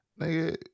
Nigga